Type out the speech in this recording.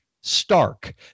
Stark